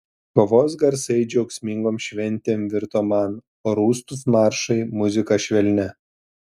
kovos garsai džiaugsmingom šventėm virto man o rūstūs maršai muzika švelnia